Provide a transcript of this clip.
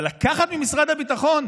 אבל לקחת ממשרד הביטחון?